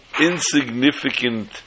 insignificant